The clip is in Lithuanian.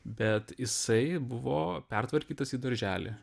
bet jisai buvo pertvarkytas į darželį